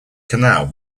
canal